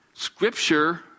Scripture